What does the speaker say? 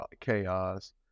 chaos